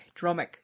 dromic